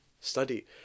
study